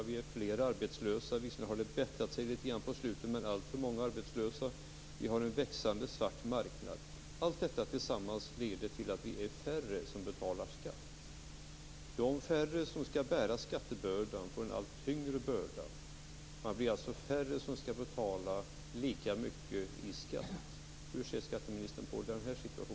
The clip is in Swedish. Det är många arbetslösa. Visserligen har det förbättrats litet grand på slutet, men alltför många är arbetslösa. Vi har en växande svart marknad. Allt detta tillsammans leder till att vi är färre som betalar skatt. De få som skall bära skattebördan får en allt tyngre börda. Det bli alltså färre som skall betala lika mycket i skatt.